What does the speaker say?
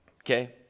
okay